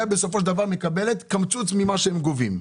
בסופו של דבר העירייה מקבלת קמצוץ ממה שהם גובים.